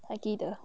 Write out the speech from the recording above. huggie 的